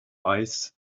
eyes